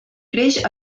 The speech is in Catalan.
creix